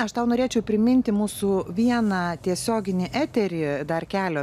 aš tau norėčiau priminti mūsų vieną tiesioginį eterį dar kelio